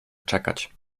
czekać